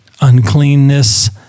uncleanness